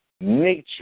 Nature